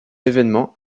événements